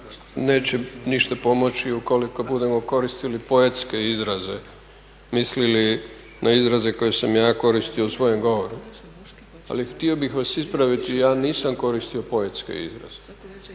neće ništa pomoći ukoliko budemo koristili poetske izraze, mislili na izraze koje sam ja koristio u svom govoru. Ali htio bih vas ispraviti, ja nisam koristio poetske izraze,